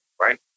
right